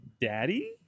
Daddy